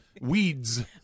Weeds